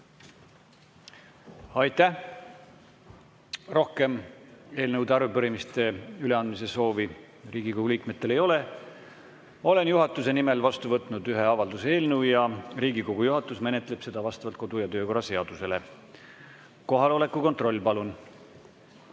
Aitäh! Rohkem eelnõude ja arupärimiste üleandmise soovi Riigikogu liikmetel ei ole. Olen juhatuse nimel vastu võtnud ühe avalduse eelnõu ja Riigikogu juhatus menetleb seda vastavalt kodu- ja töökorra seadusele. Kohaloleku kontroll, palun!